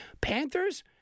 Panthers